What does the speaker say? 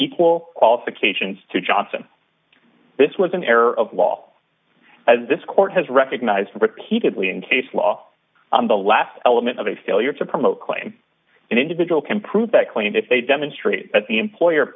equal qualifications to johnson this was an error of law as this court has recognized repeatedly in case law the last element of a failure to promote claim an individual can prove that claim if they demonstrate that the employer